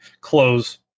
close